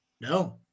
No